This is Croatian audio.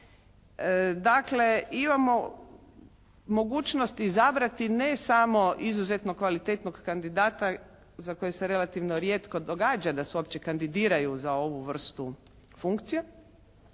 Dakle imamo mogućnost izabrati ne samo izuzetno kvalitetnog kandidata za koje se relativno rijetko događa da se uopće kandidiraju za ovu vrstu funkcije.